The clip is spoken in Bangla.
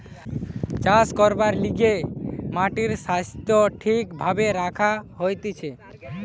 চাষ করবার লিগে মাটির স্বাস্থ্য ঠিক ভাবে রাখা হতিছে